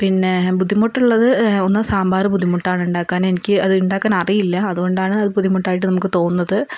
പിന്നെ ബുദ്ധിമുട്ടുള്ളത് ഒന്ന് സാമ്പാറ് ബുദ്ധിമുട്ടാണ് ഉണ്ടാക്കാൻ എനിക്ക് അത് ഉണ്ടാക്കാൻ അറിയില്ല അതുകൊണ്ടാണ് അത് ബുദ്ധിമുട്ടായിട്ട് നമുക്ക് തോന്നുന്നത്